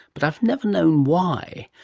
but i've never known why.